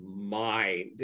mind